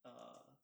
err